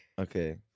Okay